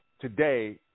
today